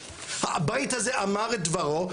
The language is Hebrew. הבית הזה אמר את דברו,